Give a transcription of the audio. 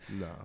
no